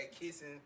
kissing